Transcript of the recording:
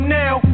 now